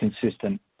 consistent